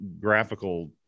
graphical